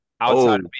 Outside